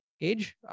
age